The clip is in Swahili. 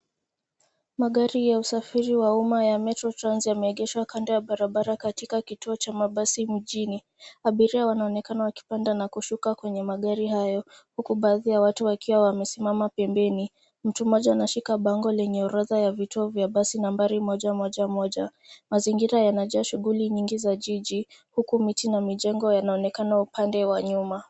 Magari ya usafiri ya umma ya Metro trans yameegeshwa kando ya barabara katika kituo cha mabasi mjini. Abiria wanaonekana wakipanda na kushuka kwenye magari hayo huku baadhi ya watu wakiwa wamesimama pembeni. Mtu mmoja anashika orodha ya vitu vya basi nambari moja moja moja. Mazingira yanajaa shughuli za jiji huku miti na mijengo yanaonekana upande wa nyuma.